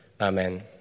Amen